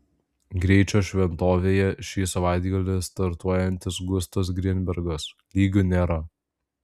greičio šventovėje ši savaitgalį startuojantis gustas grinbergas lygių nėra